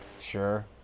Sure